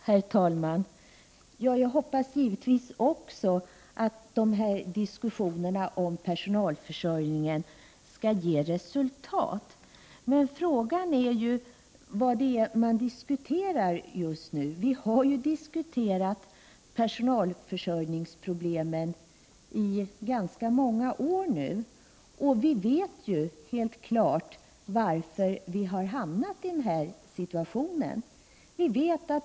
Herr talman! Jag hoppas givetvis också att diskussionerna om personalförsörjningen skall ge resultat. Frågan är emellertid vad man diskuterar. Vi har ju diskuterat personalförsörjningsproblemen i ganska många år nu. Vi vet varför vi har hamnat i den här situationen.